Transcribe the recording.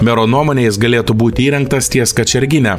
mero nuomone jis galėtų būti įrengtas ties kačergine